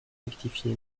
rectifié